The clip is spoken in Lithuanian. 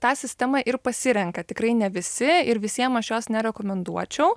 tą sistemą ir pasirenka tikrai ne visi ir visiem aš jos nerekomenduočiau